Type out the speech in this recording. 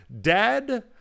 Dad